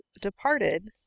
departed